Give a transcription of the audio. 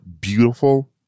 beautiful